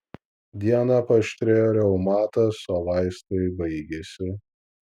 dieną paaštrėjo reumatas o vaistai baigėsi